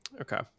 Okay